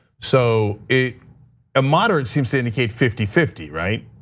so a ah moderate seems to indicate fifty fifty, right?